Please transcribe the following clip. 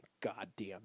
goddamn